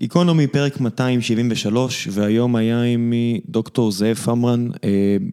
איקונומי מפרק 273 והיום היה עמי דוקטור זאב פברמן